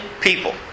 people